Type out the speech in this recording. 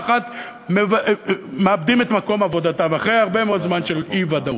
אחת מאבדים את מקום עבודתם אחרי הרבה מאוד זמן של אי-ודאות.